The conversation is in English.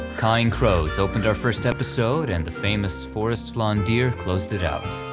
cawing crows opened our first episode, and the famous forest lawn deer closed it out.